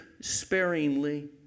sparingly